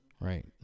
Right